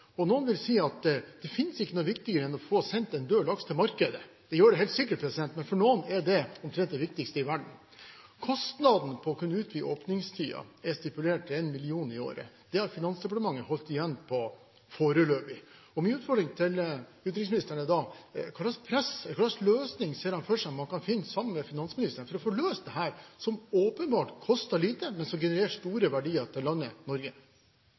Noen vil si at det ikke finnes noe viktigere enn å få sendt en død laks til markedet. Det er det helt sikkert, men for noen er det omtrent det viktigste i verden. Kostnaden ved å utvide åpningstiden er stipulert til 1 mill. kr i året. Her har Finansdepartementet foreløpig holdt igjen. Min utfordring til utenriksministeren er: Hva slags løsning ser han for seg man kan finne – sammen med finansministeren – for dette, som åpenbart koster lite, men som genererer store verdier til landet Norge?